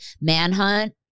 Manhunt